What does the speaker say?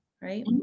Right